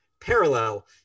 parallel